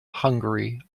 hungary